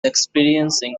experiencing